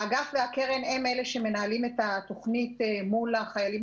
האגף והקרן הם המנהלים את התוכנים מול החיילים